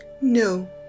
No